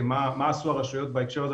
מה עשו הרשויות בהקשר הזה,